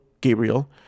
Gabriel